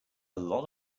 lot